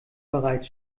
bereits